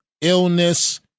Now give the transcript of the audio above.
illness